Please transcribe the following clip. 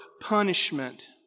punishment